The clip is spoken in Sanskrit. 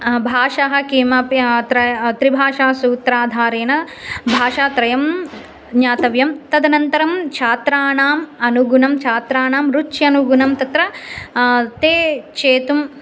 भाष किमपि अत्र त्रिभाषासूत्राधारेन भाषात्रयं ज्ञातव्यं तदनन्तरं छात्रानाम् अनुगुनं छात्रानां रुच्यनुगुनं तत्र ते छेतुं